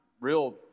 real